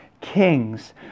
kings